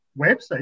website